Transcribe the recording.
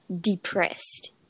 depressed